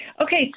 Okay